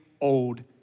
old